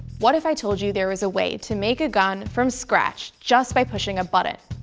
what if i told you there was a way to make a gun from scratch just by pushing a button.